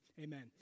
Amen